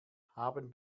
haben